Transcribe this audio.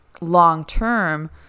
long-term